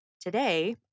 today